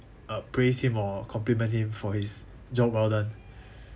uh praise him or compliment him for his job well done